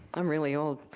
i'm really old.